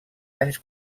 anys